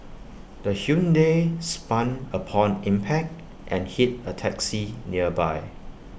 the Hyundai spun upon impact and hit A taxi nearby